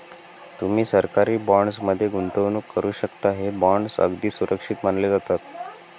तुम्ही सरकारी बॉण्ड्स मध्ये गुंतवणूक करू शकता, हे बॉण्ड्स अगदी सुरक्षित मानले जातात